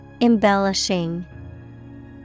Embellishing